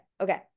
Okay